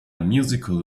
musical